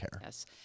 Yes